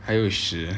还有屎